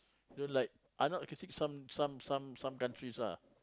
don't like I not critique some some some countries lah